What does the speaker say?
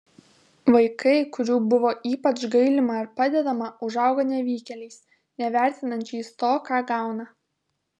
vaikai kurių buvo ypač gailima ar padedama užauga nevykėliais nevertinančiais to ką gauna